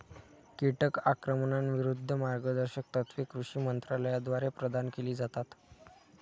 कीटक आक्रमणाविरूद्ध मार्गदर्शक तत्त्वे कृषी मंत्रालयाद्वारे प्रदान केली जातात